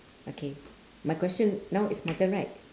okay my question now is my turn right